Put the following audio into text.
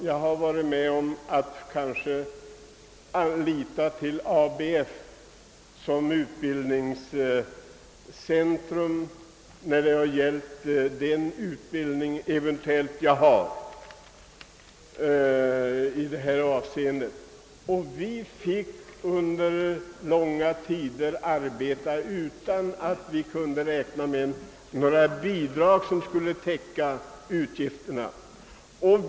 Jag har själv fått lita till ABF som utbildningscentrum, och vi fick under långa tider arbeta utan att kunna räkna med bidrag för att täcka utgifterna.